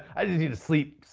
i just need to sleep.